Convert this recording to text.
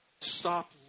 stop